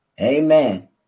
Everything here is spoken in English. Amen